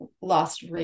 lost